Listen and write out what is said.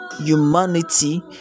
humanity